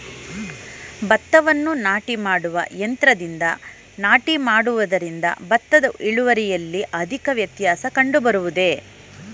ಭತ್ತವನ್ನು ನಾಟಿ ಮಾಡುವ ಯಂತ್ರದಿಂದ ನಾಟಿ ಮಾಡುವುದರಿಂದ ಭತ್ತದ ಇಳುವರಿಯಲ್ಲಿ ಅಧಿಕ ವ್ಯತ್ಯಾಸ ಕಂಡುಬರುವುದೇ?